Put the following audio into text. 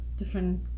Different